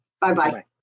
Bye-bye